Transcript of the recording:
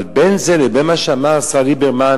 אבל בין זה לבין מה שאמר השר ליברמן